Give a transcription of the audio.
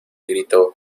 grito